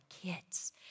kids